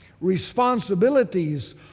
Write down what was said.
responsibilities